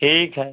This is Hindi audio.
ठीक है